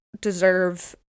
deserve